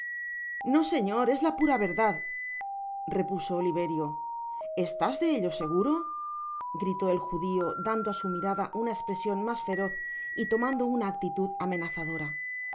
no señor es la pura verdad repuso oliveri estás de ello seguro gritó el judio dando á su mirada una espresion mas feroz y tomando una actitud amenazadora